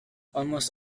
almost